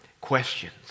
questions